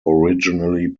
originally